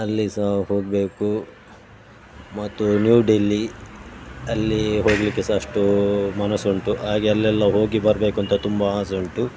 ಅಲ್ಲಿ ಸಹ ಹೋಗಬೇಕು ಮತ್ತು ನ್ಯೂ ಡೆಲ್ಲಿ ಅಲ್ಲಿ ಹೋಗಲಿಕ್ಕೆ ಸಹ ಅಷ್ಟು ಮನಸ್ಸುಂಟು ಹಾಗೇ ಅಲ್ಲೆಲ್ಲ ಹೋಗಿ ಬರಬೇಕು ಅಂತ ತುಂಬ ಆಸೆ ಉಂಟು